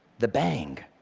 the bang.